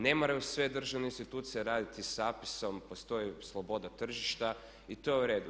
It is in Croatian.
Ne moraju sve državne institucije raditi sa Apisom, postoji sloboda tržišta i to je u redu.